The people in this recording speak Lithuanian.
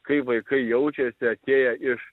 kaip vaikai jaučiasi atėję iš